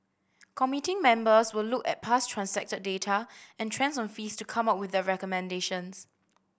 committee members will look at past transacted data and trends on fees to come up with their recommendations